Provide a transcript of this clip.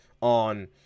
on